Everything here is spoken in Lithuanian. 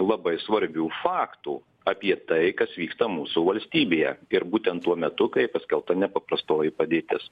labai svarbių faktų apie tai kas vyksta mūsų valstybėje ir būtent tuo metu kai paskelbta nepaprastoji padėtis